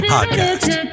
Podcast